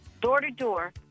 door-to-door